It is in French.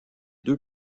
deux